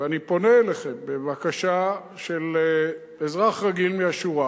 ואני פונה אליכם בבקשה של אזרח רגיל מהשורה,